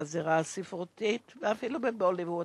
בזירה הספרותית ואפילו בבוליווד.